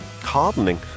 hardening